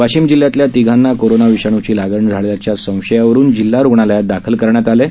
वाशिम जिल्ह्यातल्या तिघांना कोरोना विषाणूची लागण झाल्याच्या संशयावरुन जिल्हा रुग्णालयात दाखल करण्यात आलं आहे